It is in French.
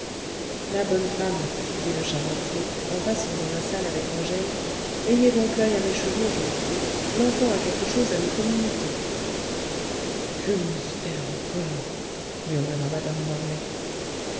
la bonne femme dit le charretier en passant dans la salle avec angèle ayez donc l'oeil à mes chevaux je vous prie l'enfant a quelque chose à me communiquer que mystère encore murmura madame morlaix